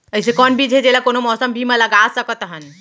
अइसे कौन बीज हे, जेला कोनो मौसम भी मा लगा सकत हन?